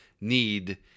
need